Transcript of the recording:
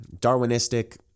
Darwinistic